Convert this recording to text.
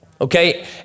okay